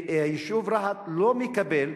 והיישוב רהט לא מקבל.